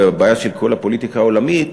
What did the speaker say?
הבעיה של כל הפוליטיקה העולמית,